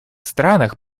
странах